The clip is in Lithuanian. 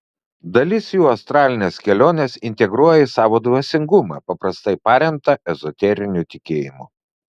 dalis jų astralines keliones integruoja į savo dvasingumą paprastai paremtą ezoteriniu tikėjimu